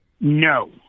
No